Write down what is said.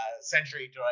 century